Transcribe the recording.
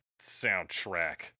soundtrack